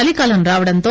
చలికాలం రావండంతో